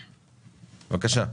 בקשה.